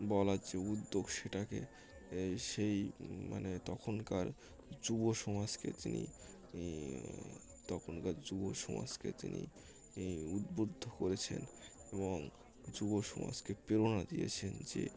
বলার যে উদ্যোগ সেটাকে সেই মানে তখনকার যুব সমাজকে তিনি ই তখনকার যুব সমাজকে তিনি উদ্বুদ্ধ করেছেন এবং যুব সমাজকে প্রেরণা দিয়েছেন যে